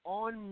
on